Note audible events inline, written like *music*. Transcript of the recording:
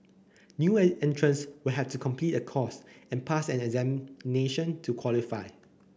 new *unintelligible* entrants we have to complete a course and pass an examination to qualify